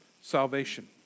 salvation